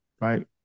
right